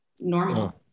normal